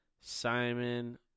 Simon